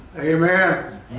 Amen